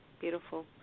beautiful